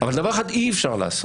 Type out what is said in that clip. אבל דבר אחד אי אפשר לעשות.